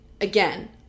Again